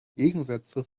gegensätze